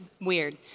weird